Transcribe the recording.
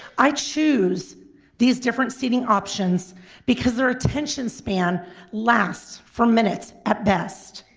i choose these different seating options because their attention span lasts for minutes at best.